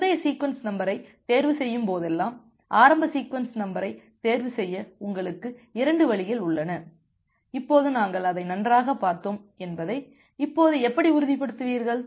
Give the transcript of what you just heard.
முந்தைய சீக்வென்ஸ் நம்பரைத் தேர்வு செய்யும்போதெல்லாம் ஆரம்ப சீக்வென்ஸ் நம்பரைத் தேர்வுசெய்ய உங்களுக்கு 2 வழிகள் உள்ளன இப்போது நாங்கள் அதை நன்றாகப் பார்த்தோம் என்பதை இப்போது எப்படி உறுதிப்படுத்துவீர்கள்